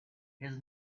his